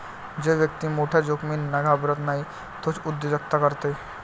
जो व्यक्ती मोठ्या जोखमींना घाबरत नाही तोच उद्योजकता करते